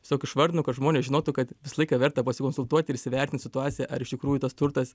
tiesiog išvardinu kad žmonės žinotų kad visą laiką verta pasikonsultuoti ir įvertint situaciją ar iš tikrųjų tas turtas